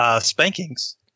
Spankings